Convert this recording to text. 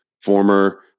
former